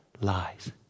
Lies